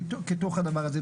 כתוך הדבר הזה.